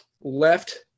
left